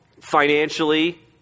financially